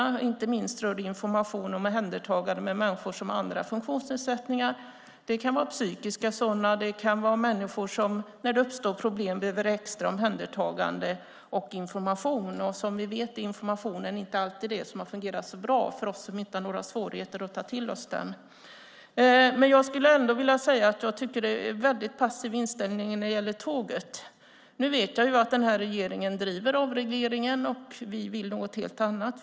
Det rör inte minst information till och omhändertagande av människor som har andra funktionsnedsättningar. Det kan vara psykiska sådana, och det kan handlar om människor som behöver extra omhändertagande och information när det uppstår problem. Som vi vet har informationen inte alltid fungerat så bra för oss som inte har några svårigheter att ta till oss den. Jag tycker ändå att det är en väldigt passiv inställning när det gäller tågen. Jag vet att den här regeringen driver avregleringen, och vi vill något helt annat.